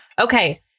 Okay